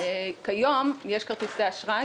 כיום יש כרטיסי אשראי,